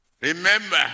Remember